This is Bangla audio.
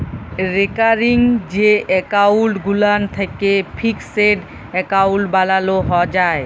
রেকারিং যে এক্কাউল্ট গুলান থ্যাকে ফিকসেড এক্কাউল্ট বালালো যায়